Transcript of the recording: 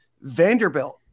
Vanderbilt